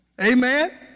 Amen